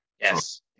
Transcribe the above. Yes